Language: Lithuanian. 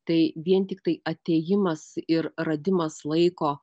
tai vien tiktai atėjimas ir radimas laiko